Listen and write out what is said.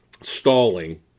stalling